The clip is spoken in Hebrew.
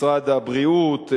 משרד הבריאות,